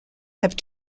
have